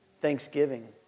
thanksgiving